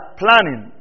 planning